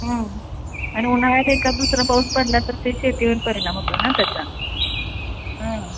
आणि उन्हाळ्यात एकाद दुसरा पाऊस पडला तर ते शेतीवर परिणाम होतो ना त्याचा हं